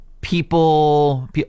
people